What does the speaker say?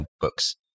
books